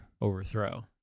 Overthrow